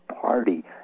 Party